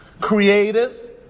creative